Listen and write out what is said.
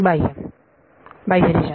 बाह्य रिजन